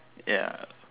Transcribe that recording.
ya